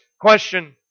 question